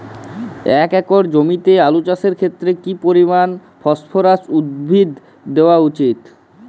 এক একর জমিতে আলু চাষের ক্ষেত্রে কি পরিমাণ ফসফরাস উদ্ভিদ দেওয়া উচিৎ?